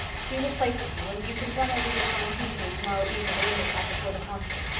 she will play for you and you could run over your songs easily tomorrow evening at ingleside before the concert.